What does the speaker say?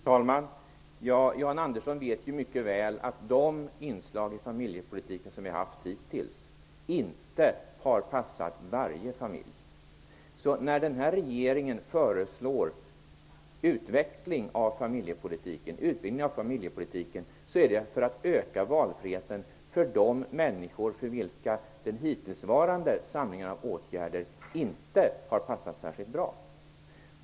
Herr talman! Jan Andersson vet mycket väl att de inslag i familjepolitiken som vi haft hittills inte har passat varje familj. När den här regeringen föreslår en utbyggnad av familjepolitiken så är det för att öka valfriheten för de människor för vilka den hittillsvarande samlingen av åtgärder inte har passat särskilt bra.